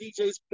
DJs